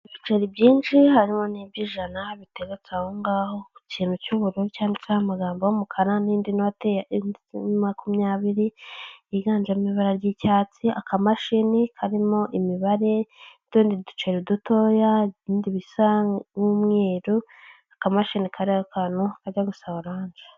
Ibiceri byinshi harimo n'iby'ijana biteretse ahongaho ku kintu cy'ubururu cyanditseho amagambo y'umukara n'indi note makumyabiri yiganjemo ibara ry'icyatsi, akamashini karimo imibare n'utundi duceri dutoya ibindi bisa nk'umweru, akamashini kariho akantu kajya gusaba orange.